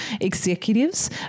executives